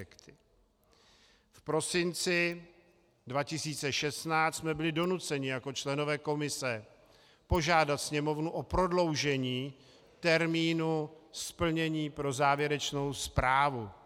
V prosinci 2016 jsme byli donuceni jako členové komise požádat Sněmovnu o prodloužení termínu splnění pro závěrečnou zprávu.